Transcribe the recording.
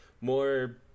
more